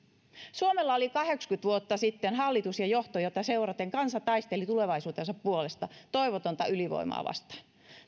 suomella oli kahdeksankymmentä vuotta sitten hallitus ja johto jota seuraten kansa taisteli tulevaisuutensa puolesta toivotonta ylivoimaa vastaan